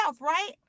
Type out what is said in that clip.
right